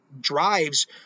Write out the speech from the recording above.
drives